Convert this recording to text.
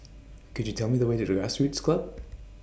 Could YOU Tell Me The Way to Grassroots Club